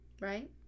right